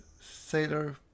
Sailor